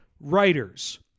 writers